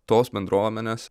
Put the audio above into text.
tos bendruomenės